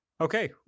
Okay